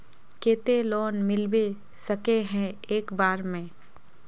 केते लोन मिलबे सके है एक बार में?